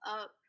up